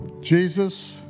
Jesus